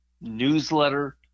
Newsletter